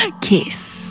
Kiss